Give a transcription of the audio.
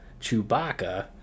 chewbacca